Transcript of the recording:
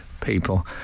people